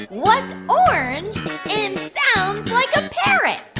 what's orange and sounds like a parrot?